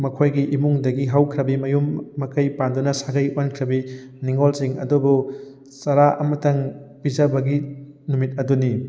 ꯃꯈꯣꯏꯒꯤ ꯏꯃꯨꯡꯗꯒꯤ ꯍꯧꯈ꯭ꯔꯕꯤ ꯃꯌꯨꯝ ꯃꯀꯩ ꯄꯥꯟꯗꯨꯅ ꯁꯥꯒꯩ ꯑꯣꯟꯈ꯭ꯔꯕꯤ ꯅꯤꯡꯉꯣꯜꯁꯤꯡ ꯑꯗꯨꯕꯨ ꯆꯥꯔꯥ ꯑꯃꯇꯪ ꯄꯤꯖꯕꯒꯤ ꯅꯨꯃꯤꯠ ꯑꯗꯨꯅꯤ